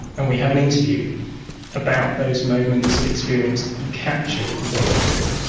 and we have an interview about those moments of experience that you captured the day before.